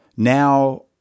now